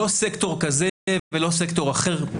לא סקטור הזה וסקטור אחר.